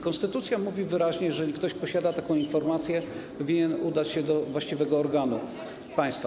Konstytucja mówi wyraźnie, że jeżeli ktoś posiada taką informację, to winien udać się do właściwego organu państwa.